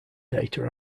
data